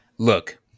Look